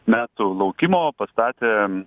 metų laukimo pastatė